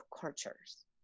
cultures